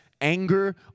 anger